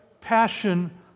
passion